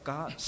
God